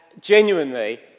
genuinely